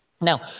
Now